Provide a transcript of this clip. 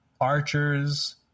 archers